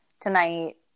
tonight